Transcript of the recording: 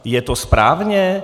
Je to správně?